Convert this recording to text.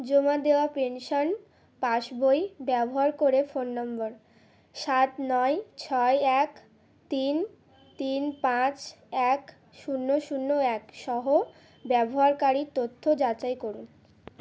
জমা দেওয়া পেনশন পাসবই ব্যবহার করে ফোন নম্বর সাত নয় ছয় এক তিন তিন পাঁচ এক শূন্য শূন্য এক সহ ব্যবহারকারীর তথ্য যাচাই করুন